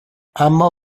اما